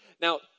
Now